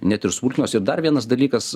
net ir smulkmenos ir dar vienas dalykas